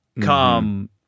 come